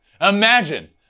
Imagine